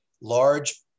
large